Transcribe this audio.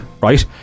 right